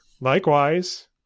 Likewise